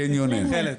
יש כמה, יש בתכלת,